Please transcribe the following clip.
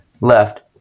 Left